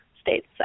states